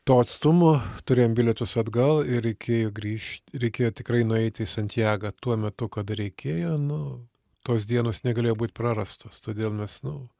to atstumo turėjom bilietus atgal ir reikėjo grįžt reikėjo tikrai nueit į santjagą tuo metu kada reikėjo nu tos dienos negalėjo būt prarastos todėl mes nu